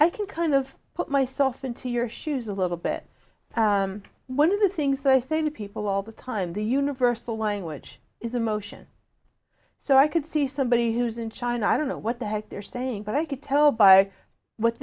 i can kind of put myself into your shoes a little bit one of the things that i say to people all the time the universal language is emotion so i could see somebody who's in china i don't know what the heck they're saying but i could tell by what